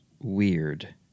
weird